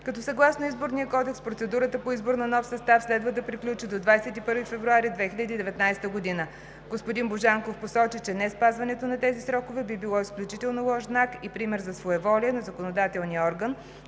като съгласно Изборния кодекс процедурата по избор на нов състав следва да приключи до 21 февруари 2019 г. Господин Божанков посочи, че неспазването на тези срокове би било изключително лош знак и пример за своеволие на законодателния орган